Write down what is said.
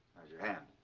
your hand?